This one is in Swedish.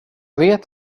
vet